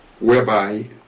whereby